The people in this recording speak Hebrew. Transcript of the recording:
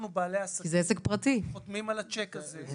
אנחנו בעלי העסקים חותמים על הצ'ק הזה.